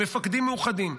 המפקדים מאוחדים.